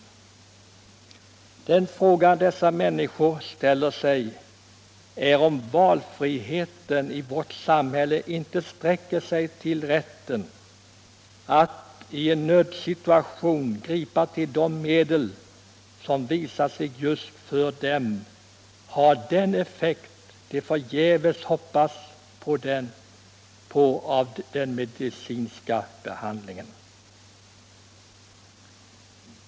Den fråga dessa människor ställer sig är om valfriheten i vårt samhälle inte sträcker sig till rätten att i en nödsituation gripa till de medel som visat sig just för dem ha den effekt som de förgäves hoppats på av den medicinska behandlingen.